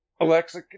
Alexa